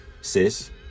Sis